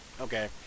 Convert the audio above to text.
Okay